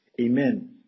Amen